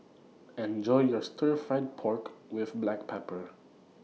Enjoy your Stir Fried Pork with Black Pepper